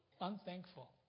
unthankful